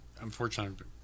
unfortunately